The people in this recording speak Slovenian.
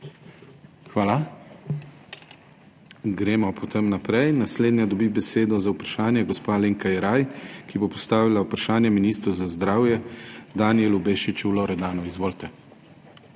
Hvala. Gremo naprej. Naslednja dobi besedo za vprašanje gospa Alenka Jeraj, ki bo postavila vprašanje ministru za zdravje Danijelu Bešiču Loredanu. Izvolite.